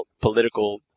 political